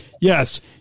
Yes